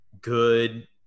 good